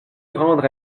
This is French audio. rendre